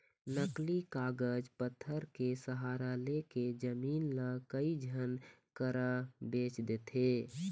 नकली कागज पतर के सहारा लेके जमीन ल कई झन करा बेंच देथे